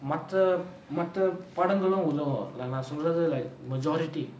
மற்ற மத்த படங்களும் உதவும் இல்ல நா சொல்றது:matra matha padangalum uthavum illa naa solrathu like majority